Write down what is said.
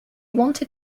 wanted